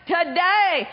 Today